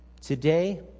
Today